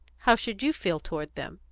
how should you feel toward them?